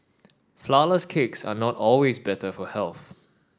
flourless cakes are not always better for health